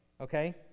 okay